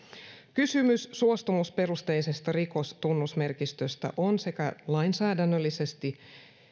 kysymys suostumusperusteisesta rikostunnusmerkistöstä on sekä lainsäädännöllisesti